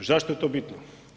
Zašto je to bitno?